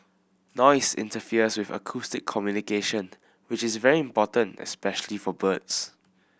noise interferes with acoustic communication which is very important especially for birds